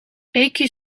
beekje